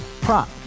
Prop